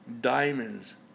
diamonds